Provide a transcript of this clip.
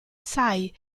sai